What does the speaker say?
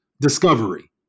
discovery